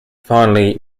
finally